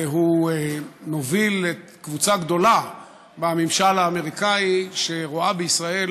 והוא מוביל קבוצה גדולה בממשל האמריקני שרואה בישראל